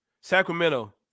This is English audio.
Sacramento